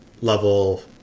level